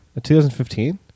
2015